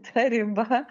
ta riba